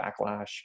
backlash